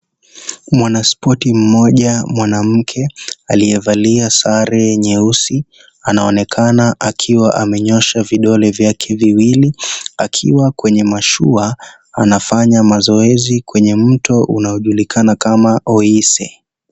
Mwanaspoti mmoja mwanamke aliyevalia sare nyeusi, anaonekana akiwa amenyoosha vidole vyake viwili akiwa kwenye mashua anafanya mazoezi kwenye mto unaojulikana kama Oise.